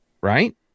right